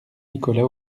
nicolas